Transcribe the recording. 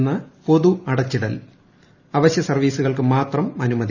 ഇന്ന് പൊതു അടച്ചിടൽ അവശ്യസർവ്വീസുകൾക്ക് മാത്രം അനുമതി